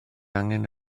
angen